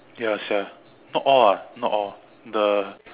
ya sia not all ah not all the